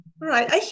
Right